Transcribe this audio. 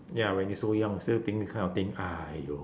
ya when you so young still think this kind of thing !aiyo!